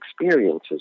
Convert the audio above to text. experiences